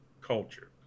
culture